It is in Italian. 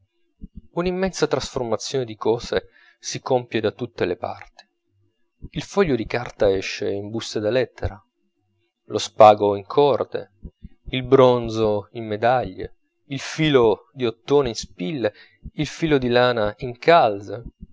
immensa trasformazione di cose si compie da tutte le parti il foglio di carta esce in buste da lettera lo spago in corde il bronzo in medaglie il filo di ottone in spille il filo di lana